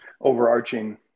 overarching –